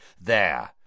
there